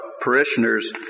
parishioners